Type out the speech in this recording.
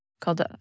called